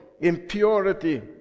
impurity